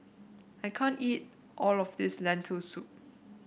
I can't eat all of this Lentil Soup